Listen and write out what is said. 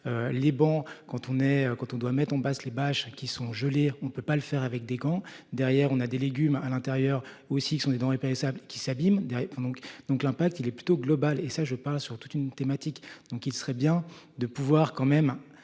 on est quand on doit mettre on passe les bâches qui sont gelés. On ne peut pas le faire avec des gants derrière on a des légumes à l'intérieur aussi qui sont des denrées périssables qui s'abîme donc. Donc l'impact il est plutôt global et ça, je parle sur toute une thématique. Donc il serait bien de pouvoir quand même